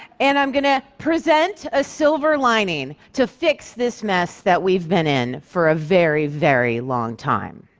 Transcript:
and i'm going to present a silver lining to fix this mess that we've been in for a very, very long time.